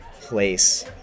place